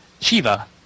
Shiva